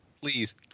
Please